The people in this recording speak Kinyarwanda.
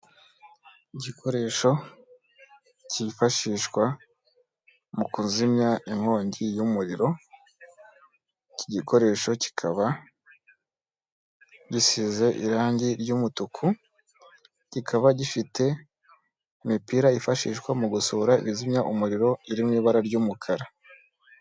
Igikoresho kifashishwa mu kuzimya inkongi y'umuriro, iki gikoresho kikaba gisize irangi ry'umutuku, kikaba gifite imipira yifashishwa mu gusohora ibizimya umuriro biri mu ibara ry'umukara.